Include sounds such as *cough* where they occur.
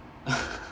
*laughs*